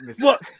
Look